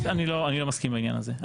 אני לא מסכים בעניין הזה.